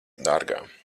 dārgā